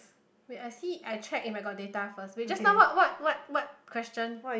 wait I see I check if I got data first wait just now what what what question